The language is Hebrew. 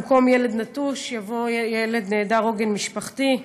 במקום "ילד נטוש" יבוא "ילד נעדר עוגן משפחתי".